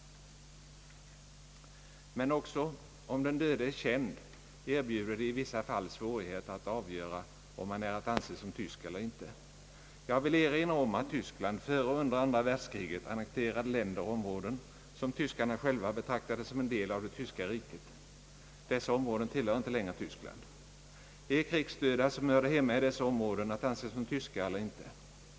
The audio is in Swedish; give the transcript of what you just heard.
Men också om den döde är känd erbjuder det i vissa fall svårigheter att avgöra om han är att anse som tysk eller inte. Jag vill erinra om att Tyskland före och under andra världskriget annekterade länder och områden som tyskarna själva betraktade som en del av det tyska riket. Dessa områden tillhör inte längre Tyskland. är krigsdöda som hörde hemma i dessa områden att anse som tyskar eller inte?